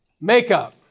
makeup